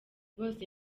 bose